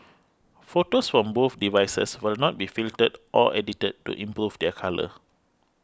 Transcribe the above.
photos from both devices will not be filtered or edited to improve their colour